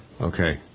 Okay